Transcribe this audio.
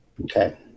Okay